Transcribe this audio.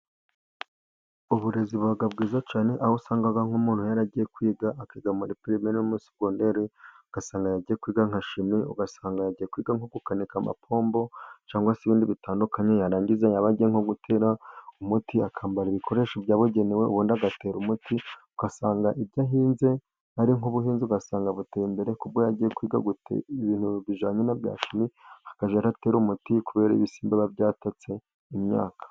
Uburezi buga bwiza cyane. Aho usanga nk'umuntu yaragiye kwiga akiga muri primeri no muri segonderi, ugasanga yajya kwiga nka shimi ugasanga yagiye kwiga nko gukanika amapombo, cyangwa se ibindi bitandukanye yarangiza yaba agiye nko gutera umuti akambara ibikoresho byabugenewe, ubundi agatera umuti ugasanga ibyo ahinze ari nk'ubuhinzi ugasanga butera imbere, kuko yagiye kwiga gute ibintu bijyanye na bya shumi akajya atera umuti kubera ibisimba biba byatatse imyaka.